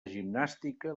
gimnàstica